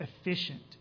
efficient